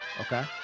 Okay